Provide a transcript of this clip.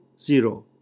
zero